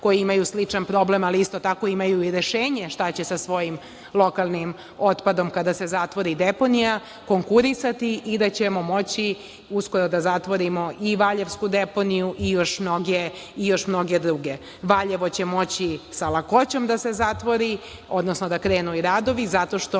koji imaju sličan problem, ali isto tako imaju i rešenje šta će sa svojim lokalnim otpadom kada se zatvori deponija, konkurisati i da ćemo moći uskoro da zatvorimo i valjevsku deponiju i još mnoge druge. Valjevo će moći sa lakoćom da se zatvori, odnosno da krenu i radovi, zato što